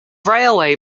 railway